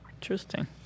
Interesting